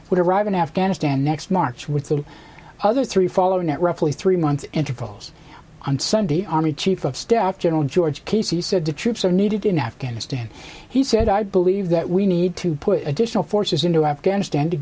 arrive in afghanistan next march with the other three following that roughly three month intervals on sunday army chief of staff general george casey said the troops are needed in afghanistan he said i believe that we need to put additional forces into afghanistan to